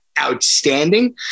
outstanding